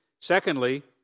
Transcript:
Secondly